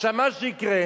מה שיקרה,